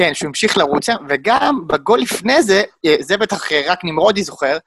כן, שהוא המשיך לרוץ, וגם בגול לפני זה, זה בטח רק נמרוד יזוכר.